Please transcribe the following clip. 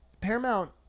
paramount